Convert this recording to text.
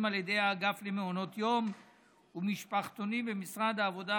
על ידי האגף למעונות יום ומשפחתונים במשרד העבודה,